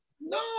No